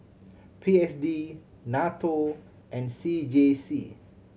P S D NATO and C J C